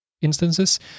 instances